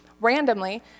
randomly